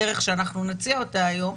בדרך שנציע היום,